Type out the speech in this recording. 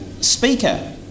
speaker